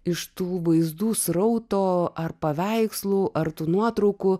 iš tų vaizdų srauto ar paveikslų ar tų nuotraukų